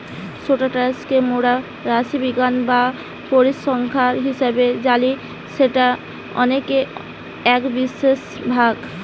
status কে মোরা রাশিবিজ্ঞান বা পরিসংখ্যান হিসেবে জানি যেটা অংকের এক বিশেষ ভাগ